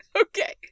Okay